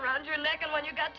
around your leg and when you got